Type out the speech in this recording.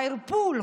הערפול,